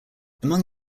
among